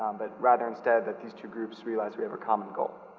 but rather instead that these two groups realize we have a common goal.